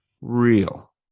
real